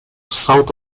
south